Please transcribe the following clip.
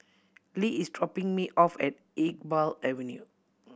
Le is dropping me off at Iqbal Avenue